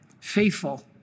faithful